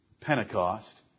Pentecost